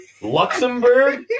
Luxembourg